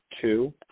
two